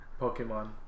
Pokemon